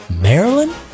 Maryland